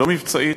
לא מבצעית,